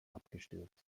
abgestürzt